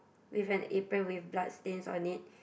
with an apron with blood stains on it